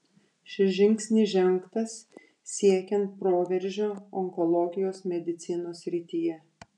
šis žingsnis žengtas siekiant proveržio onkologijos medicinos srityje